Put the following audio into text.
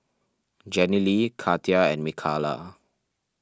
Jenilee Katia and Mikalah